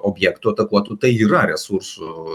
objektų atakuotų tai yra resursų